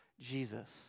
Jesus